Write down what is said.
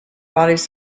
bodies